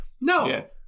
no